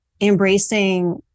embracing